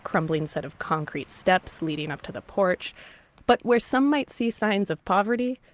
crumbling set of concrete steps leading up to the porch but where some might see signs of poverty,